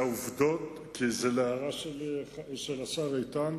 להערתו של השר איתן,